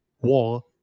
war